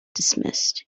dismissed